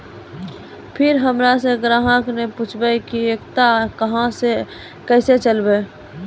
फिर हमारा से ग्राहक ने पुछेब की एकता अहाँ के केसे चलबै?